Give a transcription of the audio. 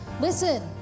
Listen